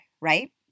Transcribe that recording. right